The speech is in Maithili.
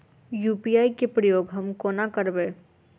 यु.पी.आई केँ प्रयोग हम कोना करबे?